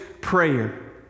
prayer